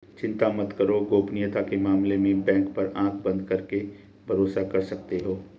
चिंता मत करो, गोपनीयता के मामले में बैंक पर आँख बंद करके भरोसा कर सकते हो